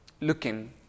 looking